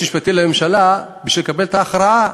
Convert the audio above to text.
המשפטי לממשלה בשביל לקבל את ההכרעה: